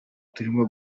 turimo